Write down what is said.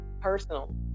personal